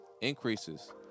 increases